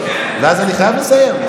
אז אני חייב לסיים.